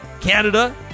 Canada